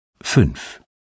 Fünf